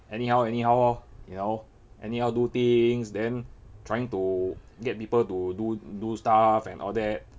anyhow anyhow orh you know anyhow do things then trying to get people to do do stuff and all that